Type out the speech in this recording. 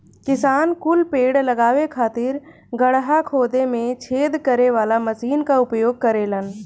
किसान कुल पेड़ लगावे खातिर गड़हा खोदे में छेद करे वाला मशीन कअ उपयोग करेलन